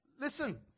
listen